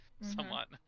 somewhat